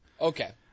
Okay